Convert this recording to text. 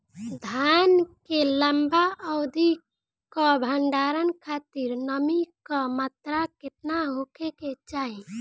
धान के लंबा अवधि क भंडारण खातिर नमी क मात्रा केतना होके के चाही?